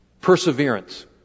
perseverance